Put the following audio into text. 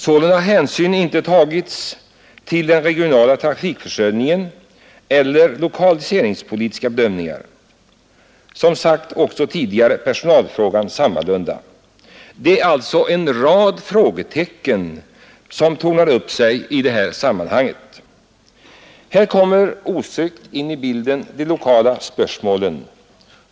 Sålunda har hänsyn inte tagits till den regionala trafikförsörjningen eller lokaliseringspolitiska bedömningar, och som jag tidigare sagt är det sammaledes med personalfrågan. Det är alltså en rad frågetecken som tornar upp sig i det här sammanhanget. Här kommer de lokala spörsmålen osökt in i bilden.